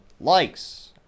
likes